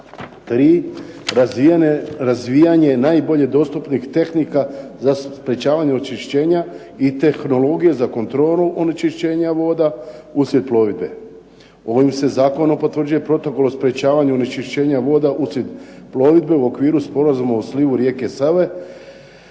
3) razvijanje najbolje dostupnih tehnika za sprečavanje onečišćenja i tehnologija za kontrolu onečišćenja voda uslijed plovidbe. Ovim se zakonom potvrđuje Protokol o sprečavanju onečišćenja voda uslijed plovidbe u okviru sporazuma o slivu rijeke Save